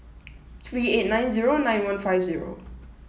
three eight nine zero nine one five zero